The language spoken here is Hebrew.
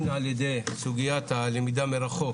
הן על-ידי סוגיית הלמידה מרחוק